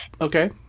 Okay